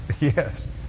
Yes